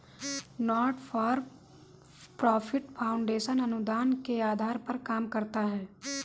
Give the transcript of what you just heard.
not for profit foundation अनुदान के आधार पर काम करता है